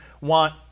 want